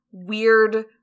weird